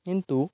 কিন্তু